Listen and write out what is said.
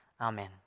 Amen